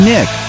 Nick